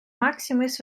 maximus